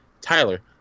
Tyler